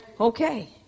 Okay